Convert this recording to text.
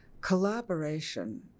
collaboration